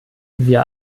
wir